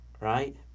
Right